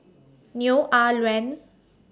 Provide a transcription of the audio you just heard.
Neo Ah Luan